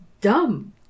dumb